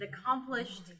accomplished